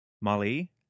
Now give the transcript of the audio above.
Molly